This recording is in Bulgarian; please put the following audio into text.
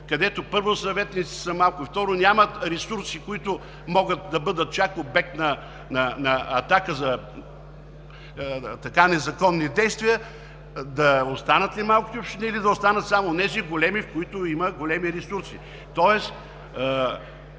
където съветниците са малко и, второ, нямат ресурси, които могат да бъдат обект на атака за незаконни действия. Да останат ли малките общини, или да останат само онези големи, в които има големи ресурси? Тоест